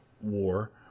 war